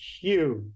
huge